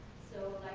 so